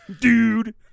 dude